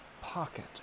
Pocket